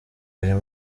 ayo